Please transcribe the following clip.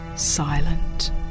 silent